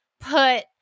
put